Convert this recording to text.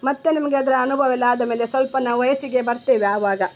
ಮತ್ತೆ ನಮಗೆ ಅದರ ಅನುಭವ ಎಲ್ಲ ಆದ ಮೇಲೆ ಸ್ವಲ್ಪ ನಾವು ವಯಸ್ಸಿಗೆ ಬರ್ತೇವೆ ಆವಾಗ